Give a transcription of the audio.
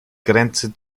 grenze